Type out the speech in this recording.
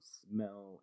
smell